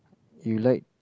you like